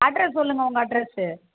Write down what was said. address சொல்லுங்கள் உங்க address